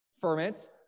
ferments